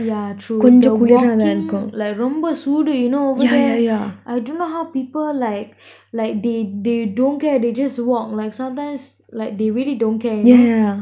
yeah true the walking like ரொம்ப சூடு:romba soodu you know over there I dunno how people like like they they don't care they just walk like sometimes like they really don't care you know